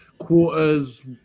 quarters